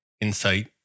insight